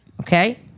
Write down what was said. Okay